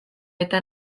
eta